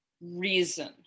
reason